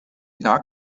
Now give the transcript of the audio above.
not